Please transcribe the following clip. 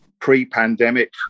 pre-pandemic